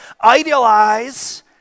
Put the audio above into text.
idealize